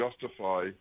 justify